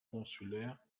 consulaire